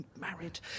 married